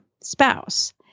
spouse